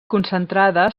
concentrada